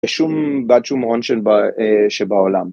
ושום, בעד שום הון שבעולם.